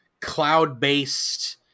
cloud-based